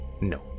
No